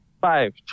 Five